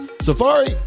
Safari